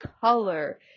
color